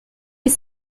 est